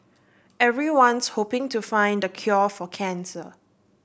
everyone's hoping to find the cure for cancer